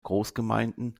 großgemeinden